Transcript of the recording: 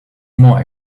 more